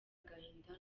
agahinda